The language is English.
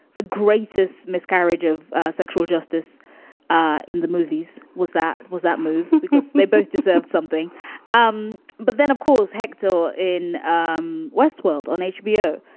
the greatest miscarriage of sexual justice ah in the movies was that was that movie, because they both deserved something. um but then, of course, hector in um westworld on hbo.